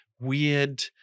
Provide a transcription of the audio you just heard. weird